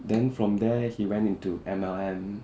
then from there he went into M_L_M